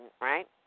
right